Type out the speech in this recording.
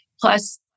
Plus